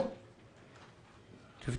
תודה רבה על הדיון,